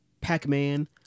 pac-man